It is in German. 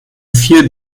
viel